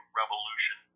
revolution